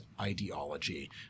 ideology